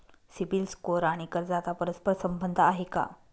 CIBIL score आणि कर्जाचा परस्पर संबंध आहे का?